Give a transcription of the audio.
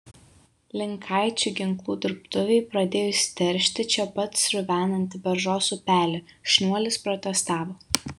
linkaičių ginklų dirbtuvei pradėjus teršti čia pat sruvenantį beržos upelį šniuolis protestavo